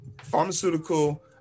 pharmaceutical